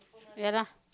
ya lah